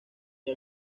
que